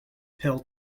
pill